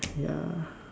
ya